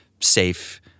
safe